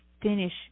finish